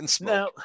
Now